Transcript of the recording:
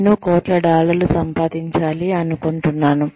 నేను కోట్ల డాలర్లు సంపాదించాలి అనుకుంటున్నాను